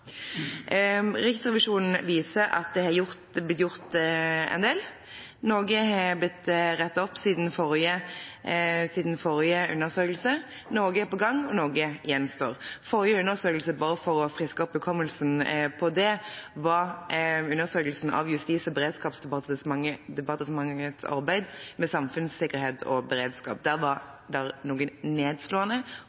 Riksrevisjonen viser til at det er blitt gjort en del. Noe har blitt rettet opp siden forrige undersøkelse, noe er på gang, og noe gjenstår. Forrige undersøkelse, bare for å friske opp hukommelsen på det, var en undersøkelse av Justis- og beredskapsdepartementets arbeid med samfunnssikkerhet og beredskap. Der var